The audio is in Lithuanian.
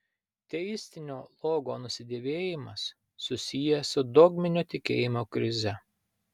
teistinio logo nusidėvėjimas susijęs su dogminio tikėjimo krize